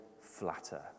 flatter